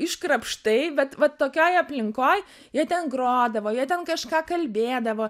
iškrapštai bet vat tokioj aplinkoj jie ten grodavo jie ten kažką kalbėdavo